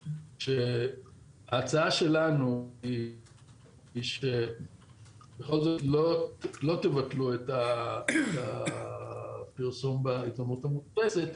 ההצעה שלנו היא שלא תבטלו את הפרסום בעיתונות המודפסת,